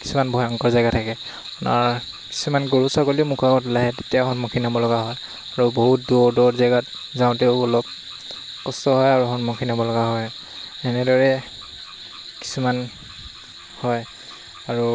কিছুমান ভয়ংকৰ জেগা থাকে আপোনাৰ কিছুমান গৰু ছাগলীও মুখৰ আগত ওলাই আহে তেতিয়া সন্মুখীন হ'ব লগা হয় আৰু বহুত দূৰৰ দূৰৰ জেগাত যাওঁতেও অলপ কষ্ট হয় আৰু সন্মুখীন হ'ব লগা হয় এনেদৰে কিছুমান হয় আৰু